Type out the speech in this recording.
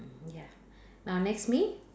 ya now next me